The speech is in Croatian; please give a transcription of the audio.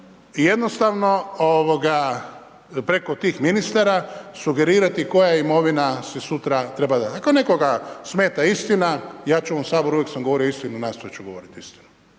jednostavno preko tih ministara sugerirati koja imovina se sutra treba .../Govornik se ne razumije./... Ako nekoga smeta istina, ja ću u ovom Saboru uvijek sam govorio istinu, nastojat ću govorit istinu.